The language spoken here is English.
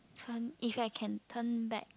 turn if I can turn back